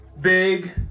Big